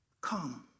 come